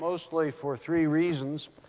mostly for three reasons.